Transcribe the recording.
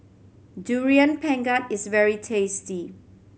Durian Pengat is very tasty